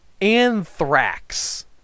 Anthrax